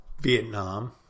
Vietnam